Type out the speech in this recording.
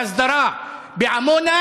עבור ההסדרה בעמונה,